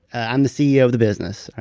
i'm the ceo of the business,